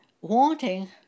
wanting